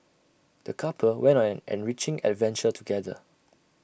the couple went on an enriching adventure together